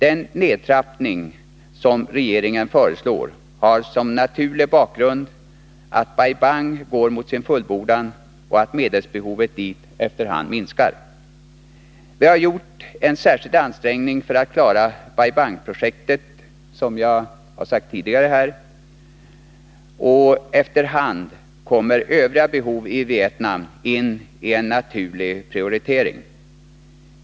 Den nedtrappning som regeringen föreslår har som naturlig bakgrund att Bai Bang-projektet går mot sin fullbordan och att medelsbehovet dit efter hand minskar. Vi har gjort en särskild ansträngning för att klara Bai Bang-projektet, som jag har sagt tidigare här, och efter hand kommer övriga behov i Vietnam in i en naturlig prioritering.